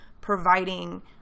providing